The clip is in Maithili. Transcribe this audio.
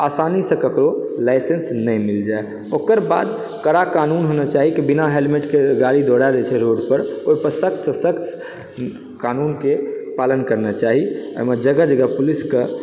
आसानीसँ ककरो लाइसेन्स नहि मिलि जाय ओकर बाद कड़ा कानून होना चाही बिना हेलमेटके गाड़ी दौड़ा दैत छै रोडपर ओहिपर सख्त सँ सख्त कानूनके पालन करना चाही एहिमे जगह जगह पुलिसके